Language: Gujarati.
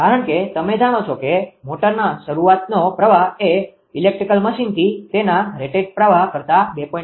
કારણ કે તમે જાણો છો કે મોટરનો શરૂઆતનો પ્રવાહ એ ઇલેક્ટ્રિકલ મશીનથી તેના રેટેડ પ્રવાહ કરતાં 2